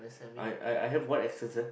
I I I have what accent !huh!